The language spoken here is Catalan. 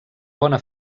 bona